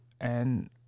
And-